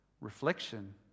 Reflection